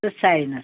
تہٕ ساینَس